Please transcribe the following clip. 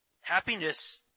happiness